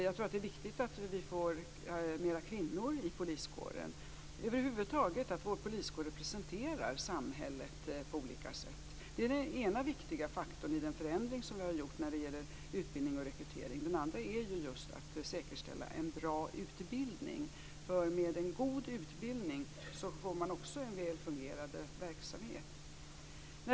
Jag tror att det är viktigt att vi får fler kvinnor i poliskåren och över huvud taget att vår poliskår representerar samhället på olika sätt. Det är den ena viktiga faktorn i den förändring som vi har gjort när det gäller utbildning och rekrytering. Den andra är just att man säkerställer en bra utbildning. Med en god utbildning får man också en väl fungerande verksamhet.